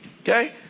Okay